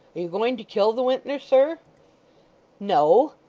are you going to kill the wintner, sir no,